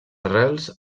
arrels